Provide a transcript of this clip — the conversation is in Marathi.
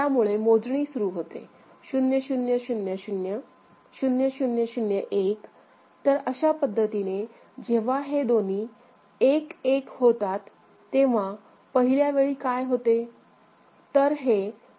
त्यामुळे मोजणी सुरू होते 0 0 0 0 0 0 0 1 तर अशा पद्धतीने जेव्हा हे दोन्ही 1 1 होतात तेव्हा पहिल्या वेळी काय होते